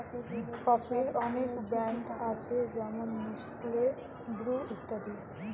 কফির অনেক ব্র্যান্ড আছে যেমন নেসলে, ব্রু ইত্যাদি